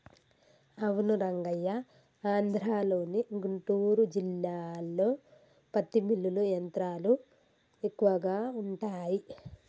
అవును రంగయ్య ఆంధ్రలోని గుంటూరు జిల్లాలో పత్తి మిల్లులు యంత్రాలు ఎక్కువగా ఉంటాయి